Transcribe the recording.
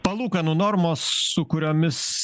palūkanų normos su kuriomis